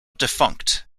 defunct